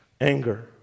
anger